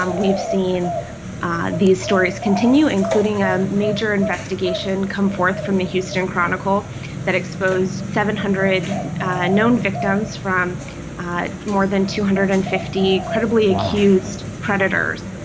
um we've seen these stories continue, including a major investigation come forth from the houston chronicle that exposed seven hundred known victims from more than two hundred and fifty credibly accused. wow. predators